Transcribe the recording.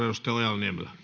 ja